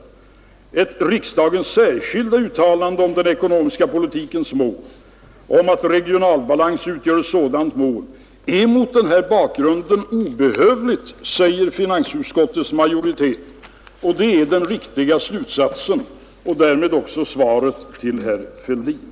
”Ett riksdagens särskilda uttalande om den ekonomiska politikens mål och om att regional balans utgör ett sådant mål är mot denna bakgrund obehövligt”, säger finansutskottets majoritet. Det är den riktiga slutsatsen och därmed också svaret till herr Fälldin.